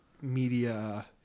media